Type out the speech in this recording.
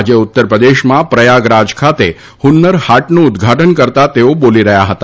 આજે ઉત્તરપ્રદેશમાં પ્રયાગરાજ ખાતે હ્ન્નર હાટનું ઉદઘાટન કરતાં તેઓ બોલી રહ્યા હતા